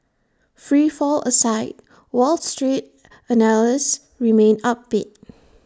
free fall aside wall street analysts remain upbeat